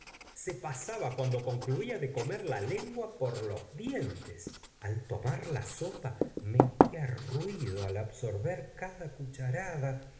se pasaba cuando concluía de comer la lengua por los dientes al tomar la sopa metía ruido al absorber cada cucharada